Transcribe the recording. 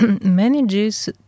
manages